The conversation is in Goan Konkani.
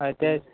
हय तेच